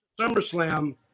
SummerSlam